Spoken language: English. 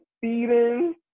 feeding